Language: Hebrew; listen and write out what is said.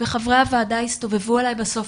וחברי הוועדה יסתובבו אליי בסוף,